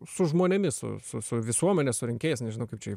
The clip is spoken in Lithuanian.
su žmonėmis su su visuomene su rinkėjais nežinau kaip čia